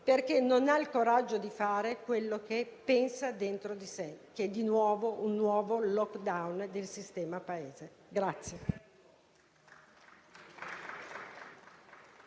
perché non ha il coraggio di fare quello che pensa dentro di sé, vale a dire un nuovo *lockdown* del sistema Paese.